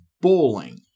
Bowling